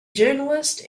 journalist